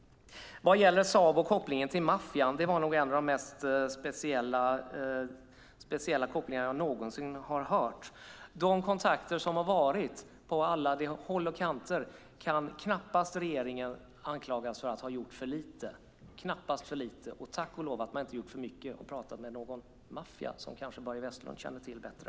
Vad gäller Saab och kopplingen till maffian var det nog en av de mest speciella kopplingar jag någonsin har hört. Med de kontakter som har varit på alla håll och kanter kan regeringen knappast anklagas för att ha gjort för lite. Och tack och lov att man inte har gjort för mycket och pratat med någon maffia, som kanske Börje Vestlund känner till bättre.